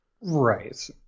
right